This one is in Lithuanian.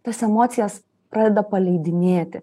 tas emocijas pradeda paleidinėti